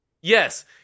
Yes